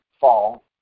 fall